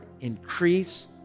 increase